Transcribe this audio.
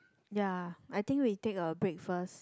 ya I think we take a break first